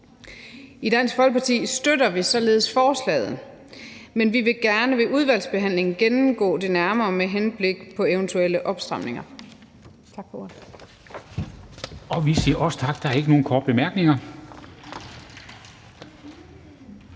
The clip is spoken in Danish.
I Dansk Folkeparti støtter vi således forslaget, men vi vil gerne ved udvalgsbehandlingen gennemgå det nærmere med henblik på eventuelle opstramninger.